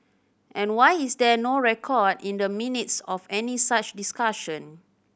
and why is there no record in the Minutes of any such discussion